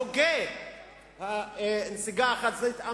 הוגה הנסיגה החד-צדדית,